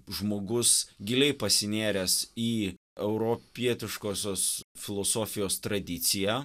žmogus giliai pasinėręs į europietiškosios filosofijos tradiciją